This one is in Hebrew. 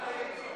ההתגברות (תיקוני חקיקה)